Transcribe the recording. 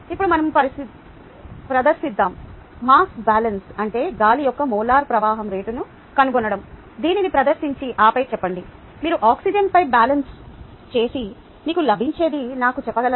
ఇప్పుడు మనం ప్రదర్శిద్దాం మాస్ బ్యాలెన్స్మాస్ balance అంటే గాలి యొక్క మోలార్ ప్రవాహం రేటును కనుగొనడం దీనిని ప్రదర్శించి ఆపై చెప్పండి మీరు ఆక్సిజన్పై బ్యాలెన్స్ చేసి మీకు లభించేది నాకు చెప్పగలరా